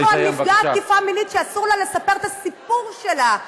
מדובר פה על נפגעת תקיפה מינית שאסור לה לספר את הסיפור שלה.